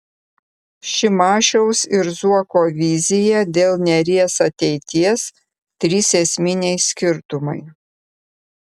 šimašiaus ir zuoko vizija dėl neries ateities trys esminiai skirtumai